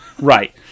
Right